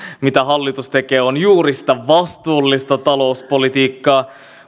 mitä hallitus nyt tekee on juuri sitä vastuullista talouspolitiikkaa